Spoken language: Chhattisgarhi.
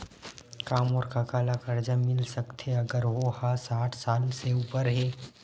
का मोर कका ला कर्जा मिल सकथे अगर ओ हा साठ साल से उपर हे?